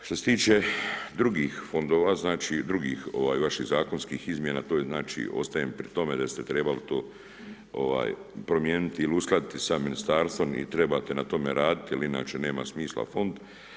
Što se tiče drugih fondova, drugih vaših zakonskih izmjena to je znači ostajem pri tome da ste trebali to promijeniti ili uskladiti sa ministarstvom i trebate na tome raditi jer inače nema smisla fond.